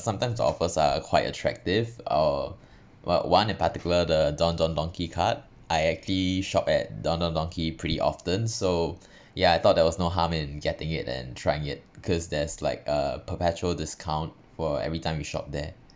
sometimes offers are quite attractive uh about one in particular the don don donki card I actually shop at don don donki pretty often so yeah I thought there was no harm in getting it and trying it because there is like a perpetual discount for every time we shop there